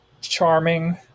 charming